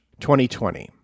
2020